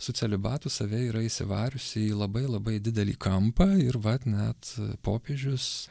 su celibatu save yra įsivariusi į labai labai didelį kampą ir vat net popiežius